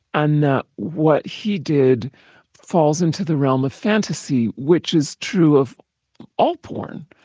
and that what he did falls into the realm of fantasy, which is true of all porn,